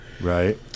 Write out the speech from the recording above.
Right